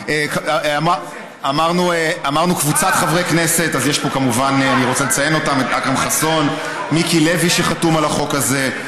חבר הכנסת פולקמן, עשר דקות לרשותך.